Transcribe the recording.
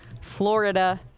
florida